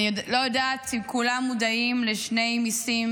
אני לא יודעת אם כולם מודעים לשני מיסים